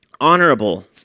honorable